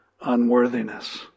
unworthiness